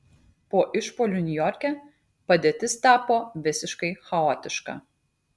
po išpuolių niujorke padėtis tapo visiškai chaotiška